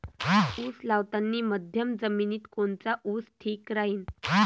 उस लावतानी मध्यम जमिनीत कोनचा ऊस ठीक राहीन?